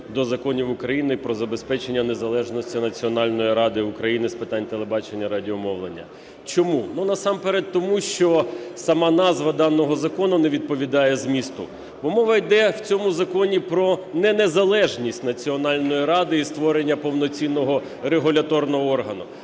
до законів України про забезпечення незалежності Національної ради України з питань телебачення і радіомовлення. Чому? Ну, насамперед тому, що сама назва даного закону не відповідає змісту, бо мова йде в цьому законі про не незалежність Національної ради і створення повноцінного регуляторного органу,